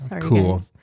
Cool